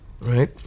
Right